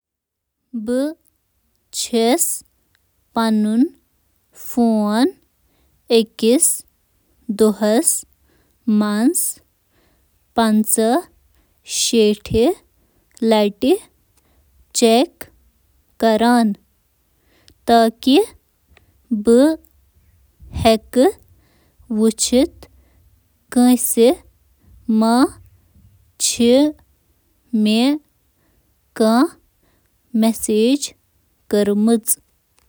بہٕ چُھس پنُن فون مُختٔلِف لَٹہِ وُچھان۔ اندازٕ لگاوُن چُھ ناممکن۔